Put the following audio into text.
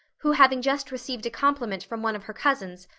who having just received a compliment from one of her cousins,